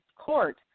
court